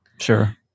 Sure